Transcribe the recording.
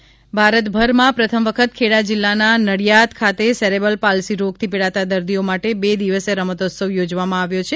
ખેલ મહાકુંભ cerebral palsy ભારતભરમાં પ્રથમ વખત ખેડા જીલ્લાના નડિયાદ ખાતે સેરેબલ પાલ્સી રોગથી પીડાતા દર્દીઓ માટે બે દિવસીય રમતોત્સવ યોજવામાં આવ્યો છે